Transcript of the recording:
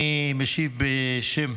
אני משיב בשם